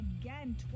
again